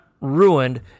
ruined